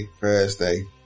Thursday